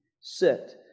Sit